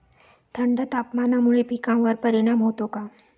थंड तापमानामुळे पिकांवर परिणाम होतो का?